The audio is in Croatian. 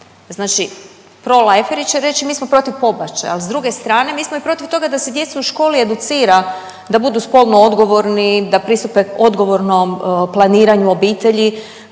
Znači proliferi će reći mi smo protiv pobačaja al s druge strane mi smo i protiv toga da se djecu u školi educira da budu spolno odgovorni, da pristupe odgovornom planiranju obitelji